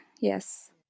Yes